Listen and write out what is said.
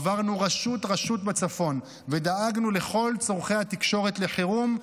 עברנו רשות-רשות בצפון ודאגנו לכל צורכי התקשורת לחירום,